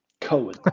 Cohen